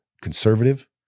conservative